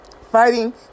fighting